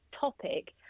topic